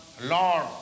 lord